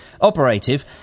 operative